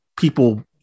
people